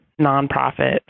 nonprofit